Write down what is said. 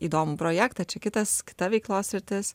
įdomų projektą čia kitas kita veiklos sritis